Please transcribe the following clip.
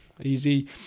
easy